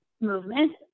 movement